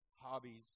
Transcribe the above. hobbies